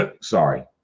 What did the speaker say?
sorry